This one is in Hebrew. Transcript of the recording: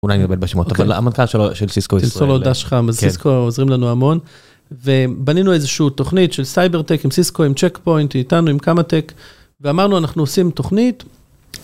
אולי אני עובד בשמות אבל המנכל של סיסקו ישראל. תמסור לו דש חם. כן. סיסקו עוזרים לנו המון, ובנינו איזשהו תוכנית של סייבר טק עם סיסקו עם צ'ק פוינטי איתנו עם כמה טק ואמרנו אנחנו עושים תוכנית.